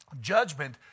judgment